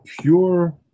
pure